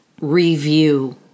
review